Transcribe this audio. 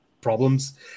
problems